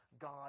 God